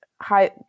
Hi